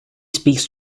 speaks